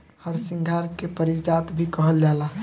हरसिंगार के पारिजात भी कहल जाला